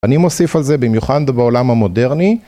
אני מוסיף על זה במיוחד בעולם המודרני,